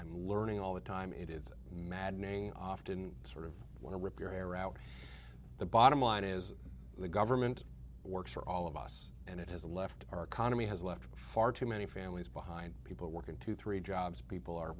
i'm learning all the time it is mad may often sort of whip your hair out the bottom line is the government works for all of us and it has left our economy has left far too many families behind people working two three jobs people are